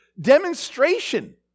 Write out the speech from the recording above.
demonstration